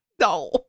no